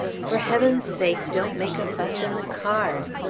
for heaven's sake, don't make a fuss in the cars,